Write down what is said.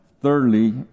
thirdly